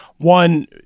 One